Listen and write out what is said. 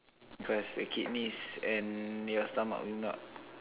because your kidneys and your stomach will not